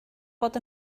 bod